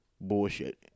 bullshit